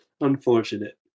unfortunate